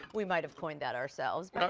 we might have coined that ourselves. but